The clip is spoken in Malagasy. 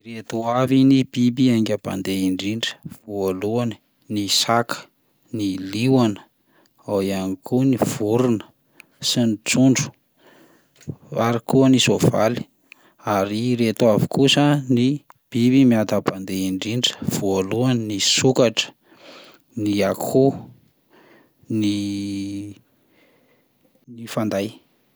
Ireto avy ny biby haingam-pandeha indrindra: voalohany ny saka, ny liona, ao ihany koa ny vorona sy ny trondro ary koa ny soavaly; ary ireto avy kosa ny biby miadam-pandeha indrindra: voalohany ny sokatra, ny akoho, ny ny fanday.